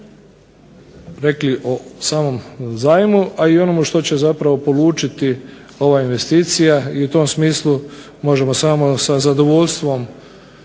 rekli o samom zajmu a i o onomu što će zapravo polučiti ova investicija i u tom smislu možemo samo sa zadovoljstvom